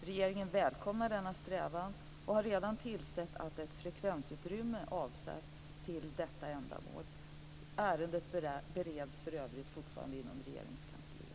Regeringen välkomnar denna strävan och har redan tillsett att ett frekvensutrymme avsatts till detta ändamål. Ärendet bereds för övrigt fortfarande inom Regeringskansliet.